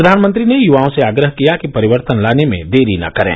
प्रधानमंत्री ने युवाओं से आग्रह किया कि परिवर्तन लाने में देरी न करें